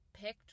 picked